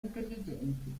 intelligenti